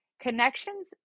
connections